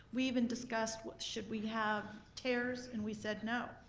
we even discussed, should we have tears, and we said no.